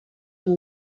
van